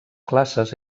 classes